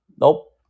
Nope